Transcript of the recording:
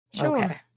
Okay